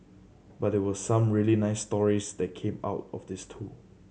but there were some really nice stories that came out of this too